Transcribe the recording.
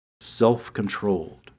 self-controlled